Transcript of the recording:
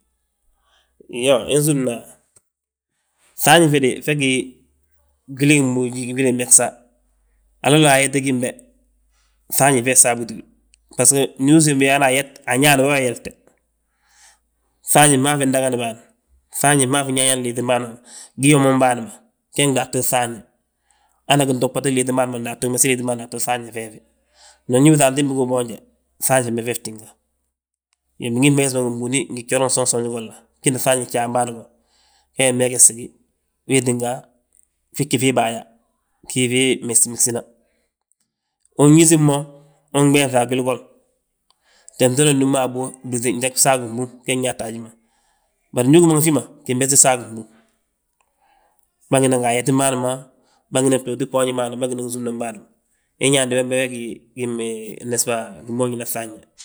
Iyoo, insúmna fŧafñe fe dé fe gí, gwili gimboonji gwili gimegesa. Haloola ayet gím be, fŧafñe fe saabuti wi, bbasgo ndu usiim biyaana ayet. Añaan wee yalte, fŧafñe fmaa fi ndagad bâan, fŧafñe fmaa fi nñaañaan liitim bâan, gii womim bâan ma, ge gdaatu fŧafñe. Ana gintobotin gliitim bâan ma gdaatu, megesi gliitim bâan gdaatu fŧafñe fee fi. Ndu ubiiŧa antimbi gú uboonje, fŧafñe fembe feef tínga, bingi meges mongi mbuni ngi gjooraŋ gsoonj soonji ma golla gíni fŧafñi gjaam bâan go. We megesi gí, weetinga, fii gí fii baaya, gi fii megsi megsina; Unsif mo, unɓenŧe a gwili golla, te we nnúmna a bóo blúŧi, njan gsaagi gbúŋ ge nyaata haji ma. Bari ndu ugí mo ngi fi ma, gimbesi. Bângina nga ayetim bâan ma, bângina ngi btooti boonjim bâan, bângina ngi ginsumnan bâan ma, inyaande wembe we gí gimboonjina fŧafñe